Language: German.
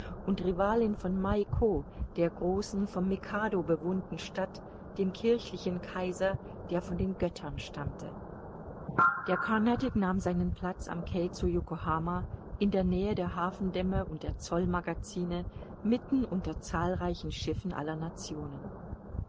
und rivalin von miako der großen vom mikado bewohnten stadt dem kirchlichen kaiser der von den göttern stammte der carnatic nahm seinen platz am quai zu yokohama in der nähe der hafendämme und der zollmagazine mitten unter zahlreichen schiffen aller nationen